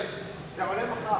זה עולה מחר.